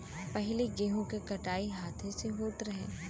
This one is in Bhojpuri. पहिले गेंहू के कटाई हाथे से होत रहे